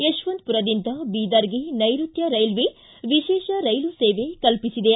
ಯಶವಂತಪುರದಿಂದ ಬೀದರ್ಗೆ ನೈರುತ್ಯ ರೈಲ್ವೆ ವಿಶೇಷ ರೈಲು ಸೇವೆ ಕಲ್ಪಿಸಿದೆ